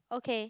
okay